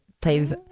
plays